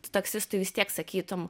tu taksistui vis tiek sakytum